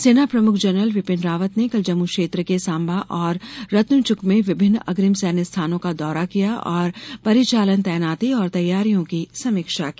सेना प्रमुख जनरल बिपिन रावत ने कल जम्मू क्षेत्र के सांबा और रत्नुचुक में विभिन्न अग्रिम सैन्य स्थानों का दौरा किया और परिचालन तैनाती और तैयारियों की समीक्षा की